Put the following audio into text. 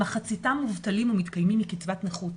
מחציתם מובטלים ומתקיימים מקצבת נכות.